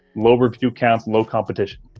low review count, low competition.